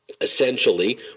Essentially